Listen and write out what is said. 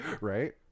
Right